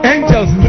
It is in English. Angels